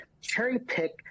cherry-pick